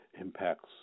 impacts